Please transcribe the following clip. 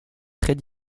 très